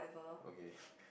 okay